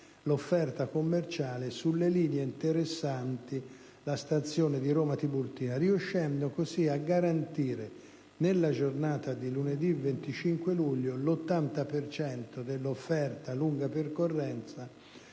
l'offerta commerciale sulle linee interessanti la stazione di Roma Tiburtina, riuscendo così a garantire nella giornata di lunedì 25 luglio l'80 per cento dell'offerta a lunga percorrenza,